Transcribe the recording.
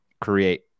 create